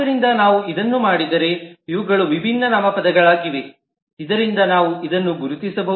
ಆದ್ದರಿಂದ ನಾವು ಇದನ್ನು ಮಾಡಿದರೆ ಇವುಗಳು ವಿಭಿನ್ನ ನಾಮಪದಗಳಾಗಿವೆ ಇದರಿಂದ ನಾವು ಇದನ್ನು ಗುರುತಿಸಬಹುದು